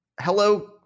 hello